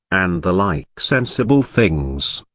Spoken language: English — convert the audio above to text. and the like sensible things.